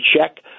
check